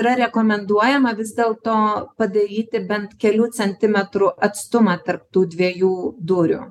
yra rekomenduojama vis dėlto padaryti bent kelių centimetrų atstumą tarp tų dviejų dūrių